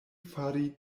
fari